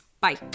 Bye